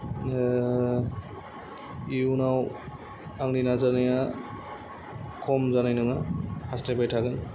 इयुनाव आंनि नाजानाया खम जानाय नङा हास्थायबाय थागोन